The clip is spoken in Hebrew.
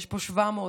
יש פה בערך 700,